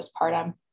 postpartum